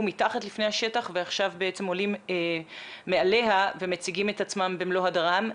מתחת לפני השטח ועכשיו בעצם עולים מעליו ומציגים את עצמם במלוא הדרם.